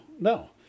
no